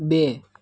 બે